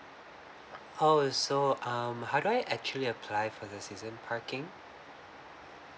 oh so um how do I actually apply for the season parking